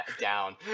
down